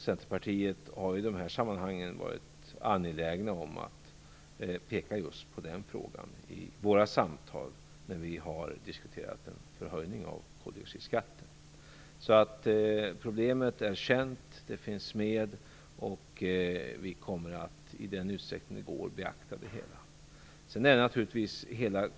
Centerpartiet har varit angeläget om att peka just på den frågan i våra samtal, när vi har diskuterat en höjning av koldioxidskatten. Problemet är känt. Det finns med i diskussionerna. Vi kommer att i den utsträckning det går beakta problemet.